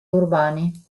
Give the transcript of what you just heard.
urbani